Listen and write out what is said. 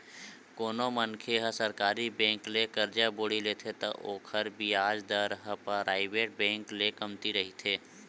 कोनो मनखे ह सरकारी बेंक ले करजा बोड़ी लेथे त ओखर बियाज दर ह पराइवेट बेंक ले कमती रहिथे